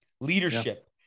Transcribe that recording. Leadership